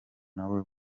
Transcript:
nawe